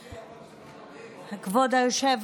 עאידה תומא סלימאן (חד"ש-תע"ל): כבוד היושב-ראש,